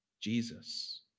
Jesus